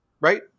right